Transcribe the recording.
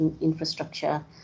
infrastructure